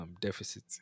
deficit